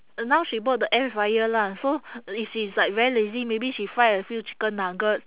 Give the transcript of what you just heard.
now she bought the air fryer lah so if she is like very lazy maybe she fry a few chicken nuggets